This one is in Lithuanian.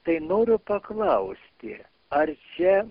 tai noriu paklausti ar čia